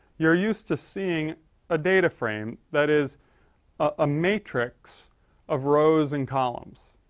you're used to seeing a data frame that is a matrix of rows and columns.